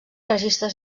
registres